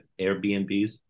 Airbnbs